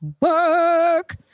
work